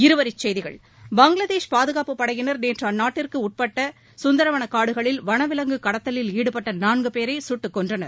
இருவரிச் செய்திகள் பங்ளாதேஷ் பாதுகாப்பு படையினர் நேற்று அந்நாட்டிற்கு உட்பட்ட சுந்தரவன காடுகளில் வனவிலங்கு கடத்தலில் ஈடுபட்ட நான்கு பேரை சுட்டுக் கொன்றனர்